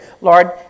Lord